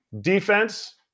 defense